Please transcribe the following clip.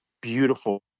beautiful